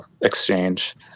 exchange